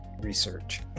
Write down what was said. research